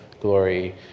glory